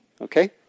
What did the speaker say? Okay